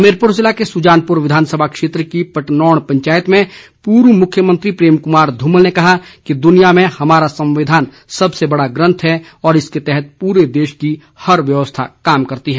हमीरपुर जिला के सुजारपुर विधानसभा क्षेत्र की पटनौण पंचायत में पूर्व मुख्यमंत्री प्रेम कुमार धूमल ने कहा दुनिया में हमारा संविधान सबसे बड़ा ग्रंथ है और इसके तहत पूरे देश की हर व्यवस्था काम करती है